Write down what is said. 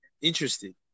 interested